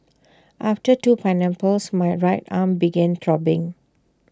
after two pineapples my right arm began throbbing